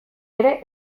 ere